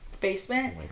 basement